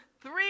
three